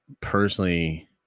personally